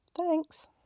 Thanks